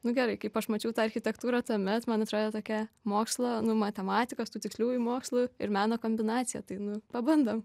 nu gerai kaip aš mačiau tą architektūrą tuomet man atrodė tokia mokslą nu matematikos tų tiksliųjų mokslų ir meno kombinacija tai nu pabandom